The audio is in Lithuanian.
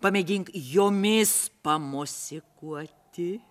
pamėgink jomis pamosikuoti